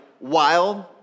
wild